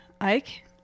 Ike